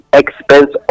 expense